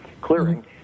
clearing